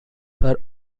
her